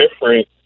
different